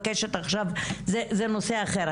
זה נושא אחר,